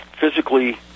physically